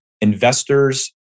investors